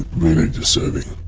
really disturbing.